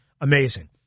amazing